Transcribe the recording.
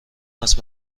است